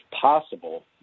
possible